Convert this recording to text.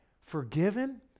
forgiven